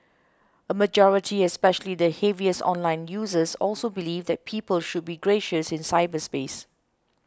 a majority especially the heaviest online users also believed that people should be gracious in cyberspace